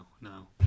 no